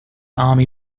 army